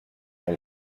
and